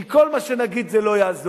כי כל מה שנגיד זה לא יעזור.